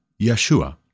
Yeshua